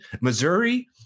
Missouri